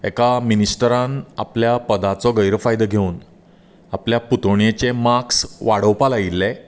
एका मिनिस्टरान आपल्या पदाचो गैरफायदो घेवन आपल्या पुतोयणेचे मार्क्स वाडोवपा लायिल्ले